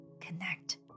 connect